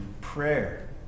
prayer